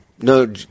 No